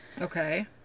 Okay